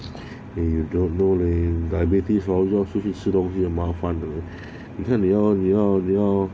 eh you don't know leh diabetes hor 要出去吃东西很麻烦的你看你要你要